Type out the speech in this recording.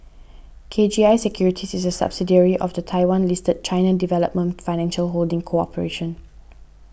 K G I Securities is a subsidiary of the Taiwan listed China Development Financial Holding Corporation